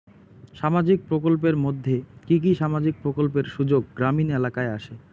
সামাজিক প্রকল্পের মধ্যে কি কি সামাজিক প্রকল্পের সুযোগ গ্রামীণ এলাকায় আসে?